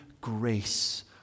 grace